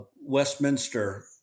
Westminster